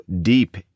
deep